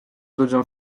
ludziom